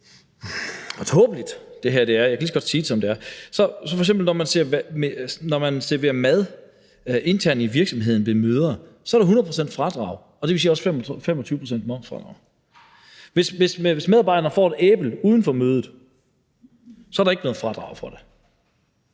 hvor tåbeligt det her er – jeg kan lige så godt sige det, som det er – er der f.eks., når man serverer mad internt i virksomheden ved møder, 100 pct.s fradrag, og det vil også sige 25 pct.s momsfradrag. Hvis medarbejderne får et æble uden for mødet, er der ikke noget fradrag for det.